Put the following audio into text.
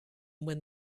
when